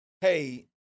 hey